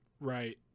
Right